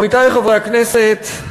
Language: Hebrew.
עמיתי חברי הכנסת,